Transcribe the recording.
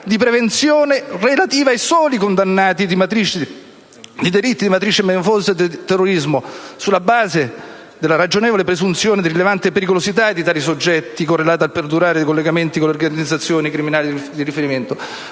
di prevenzione relativa ai soli condannati per delitti di matrice mafiosa e di terrorismo, sulla base della ragionevole presunzione di rilevante pericolosità di tali soggetti, correlata al perdurare di collegamenti con le organizzazioni criminali di riferimento.